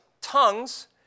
tongues